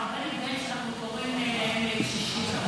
הרבה נפגעים כשאנחנו קוראים להם "קשישים".